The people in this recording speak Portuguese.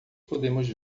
podemos